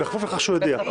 בכפוף לכך שהוא יודיע,